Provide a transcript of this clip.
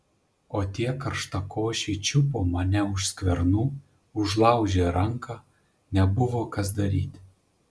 o tie karštakošiai čiupo mane už skvernų užlaužė ranką nebuvo kas daryti